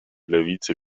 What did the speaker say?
lewicy